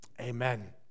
Amen